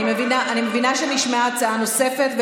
אני מבינה שנשמעה הצעה נוספת,